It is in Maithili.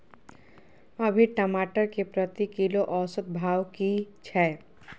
अभी टमाटर के प्रति किलो औसत भाव की छै?